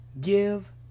give